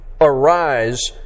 arise